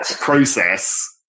process